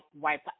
wipe